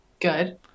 good